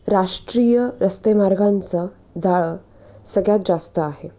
राष्ट्रीय रस्तेमार्गांचं जाळं सगळ्यात जास्त आहे